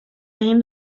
egin